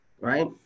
right